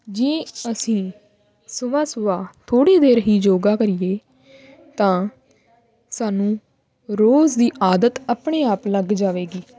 ਜੇ ਅਸੀਂ ਸੁਬਹਾ ਸੁਬਹਾ ਥੋੜ੍ਹੀ ਦੇਰ ਹੀ ਯੋਗਾ ਕਰੀਏ ਤਾਂ ਸਾਨੂੰ ਰੋਜ਼ ਦੀ ਆਦਤ ਆਪਣੇ ਆਪ ਲੱਗ ਜਾਵੇਗੀ